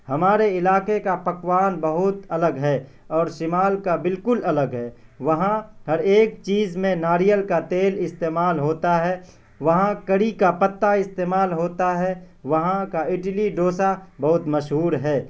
ہمارے علاقے کا پکوان بہت الگ ہے اور شمال کا بالکل الگ ہے وہاں ہر ایک چیز میں ناریل کا تیل استعمال ہوتا ہے وہاں کڑی کا پتا استعمال ہوتا ہے وہاں کا اڈلی ڈوسہ بہت مشہور ہے